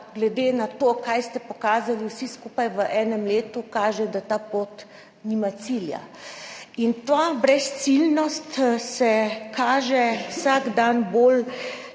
glede na to, kaj ste pokazali vsi skupaj v enem letu, kaže, da ta pot nima cilja. In ta brezciljnost se kaže vsak dan bolj,